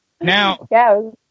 Now